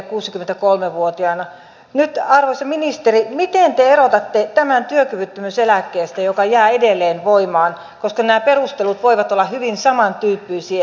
nyt arvoisa ministeri miten te erotatte tämän työkyvyttömyyseläkkeestä joka jää edelleen voimaan koska nämä perustelut voivat olla hyvin samantyyppisiä